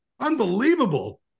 Unbelievable